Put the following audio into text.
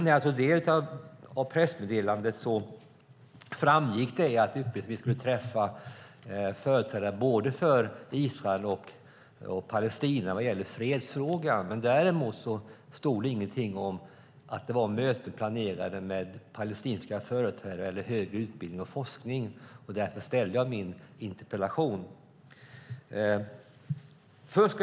När jag tog del av pressmeddelandet framgick det att utbildningsministern skulle träffa företrädare för både Israel och Palestina vad gäller fredsfrågan. Däremot stod det ingenting om att det var möten planerade med palestinska företrädare för högre utbildning och forskning. Därför ställde jag min interpellation.